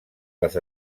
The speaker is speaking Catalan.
les